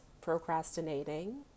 procrastinating